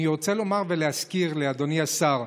אני רוצה לומר ולהזכיר לאדוני השר: